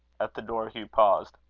at the door hugh paused.